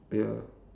ya